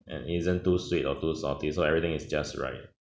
and isn't too sweet or too salty so everything is just right